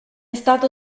stato